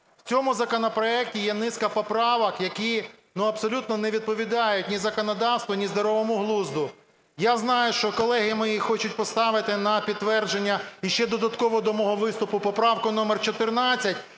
В цьому законопроекті є низка поправок, які абсолютно не відповідають ні законодавству, ні здоровому глузду. Я знаю, що колеги мої хочуть поставити на підтвердження іще додатково до мого виступу поправку номер 14,